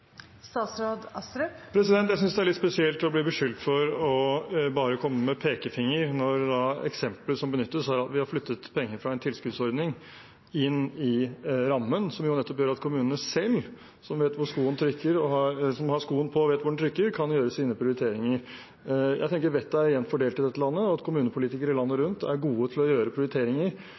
Jeg synes det er litt spesielt å bli beskyldt for bare å komme med pekefingeren når eksemplet som benyttes, er at vi har flyttet penger fra en tilskuddsordning inn i rammen, noe som jo nettopp gjør at kommunene selv, som har skoen på og vet hvor den trykker, kan gjøre sine prioriteringer. Jeg tenker vettet er jevnt fordelt i dette landet, og at kommunepolitikere landet rundt er gode til å gjøre prioriteringer